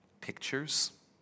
pictures